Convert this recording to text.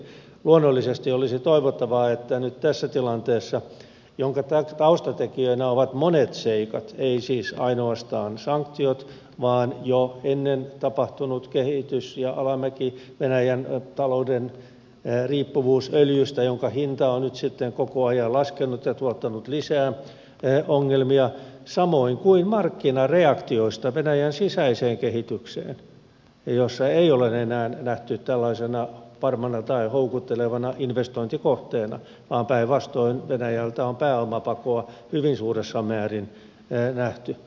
luonnollisesti olisi toivottavaa että tehtäisiin uudelleenarviointia nyt tässä tilanteessa jonka taustatekijöinä ovat monet seikat eivät siis ainoastaan sanktiot vaan jo ennen tapahtunut kehitys ja alamäki venäjän talouden riippuvuus öljystä jonka hinta on nyt sitten koko ajan laskenut ja tuottanut lisää ongelmia samoin kuin markkinareaktiot venäjän sisäiseen kehitykseen kun venäjää ei ole enää nähty tällaisena varmana tai houkuttelevana investointikohteena vaan päinvastoin venäjältä on pääomapakoa hyvin suuressa määrin nähty